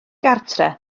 gartref